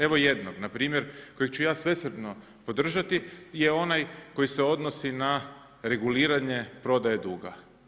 Evo jednog, npr. kojeg ću ja svesrdno podržati je onaj koji se odnosi na reguliranje prodaje duga.